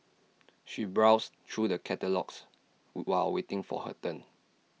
she browsed through the catalogues while waiting for her turn